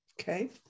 Okay